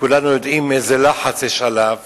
וכולנו יודעים איזה לחץ יש עליו